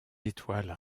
étoiles